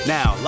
Now